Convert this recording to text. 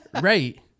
Right